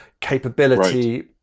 capability